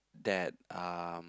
that um